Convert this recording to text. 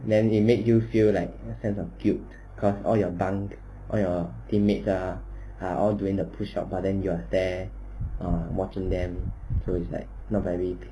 then they make you feel like sense of guilt because all your bunk all your teammates ah are all doing the push up but then you're there are watching them so it's like not very nice